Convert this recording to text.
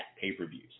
pay-per-views